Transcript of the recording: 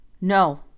No